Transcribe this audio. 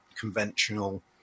conventional